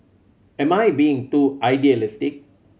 am I being too idealistic